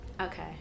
Okay